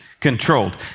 controlled